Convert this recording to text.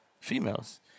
females